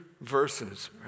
verses